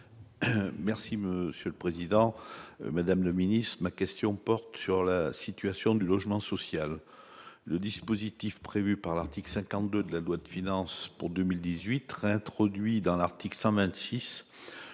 ministre de la cohésion des territoires. Ma question porte sur la situation du logement social. Le dispositif prévu à l'article 52 de la loi de finances pour 2018 réintroduit dans l'article 126